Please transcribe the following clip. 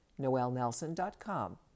noelnelson.com